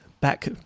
back